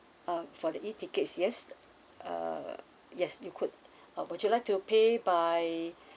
uh for the E tickets yes uh yes you could uh would you like to pay by